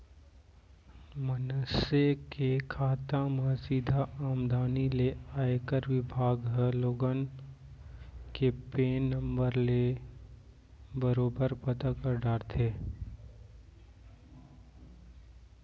मनसे के खाता म सीधा आमदनी ले आयकर बिभाग ह लोगन के पेन नंबर ले बरोबर पता कर डारथे